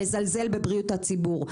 לזלזל בבריאות הציבור,